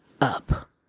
up